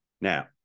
Now